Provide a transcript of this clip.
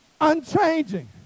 unchanging